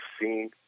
seen